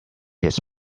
his